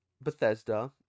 Bethesda